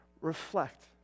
reflect